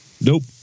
nope